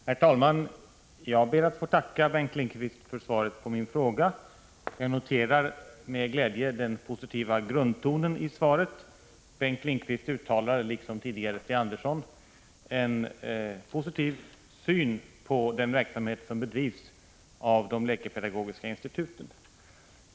Herr talman! Jag ber att få tacka Bengt Lindqvist för svaret på min fråga. Jag noterar med glädje den positiva grundtonen i svaret. Bengt Lindqvist uttalar, liksom tidigare Sten Andersson, en positiv syn på den verksamhet som bedrivs av de läkepedagogiska instituten.